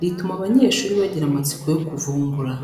rituma abanyeshuri bagira amatsiko yo kuvumbura.